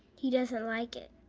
he doesn't like it.